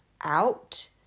out